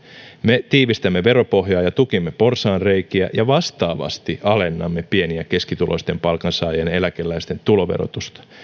me tiivistämme veropohjaa ja tukimme porsaanreikiä ja vastaavasti alennamme pieni ja keskituloisten palkansaajien ja eläkeläisten tuloverotusta